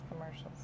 commercials